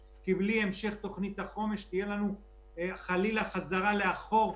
קטן, זה לא אירוע.